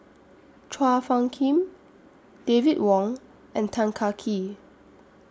Chua Phung Kim David Wong and Tan Kah Kee